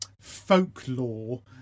folklore